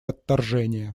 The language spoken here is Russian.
отторжение